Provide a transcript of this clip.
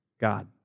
God